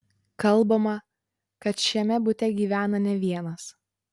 kalbama kad šiame bute gyvena ne vienas